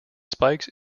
spikes